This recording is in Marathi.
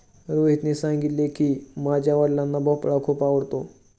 रोहितने सांगितले की, माझ्या वडिलांना भोपळा खूप आवडतो